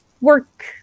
work